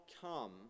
come